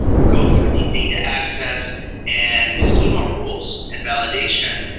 will go through the data access and schema rules and validation,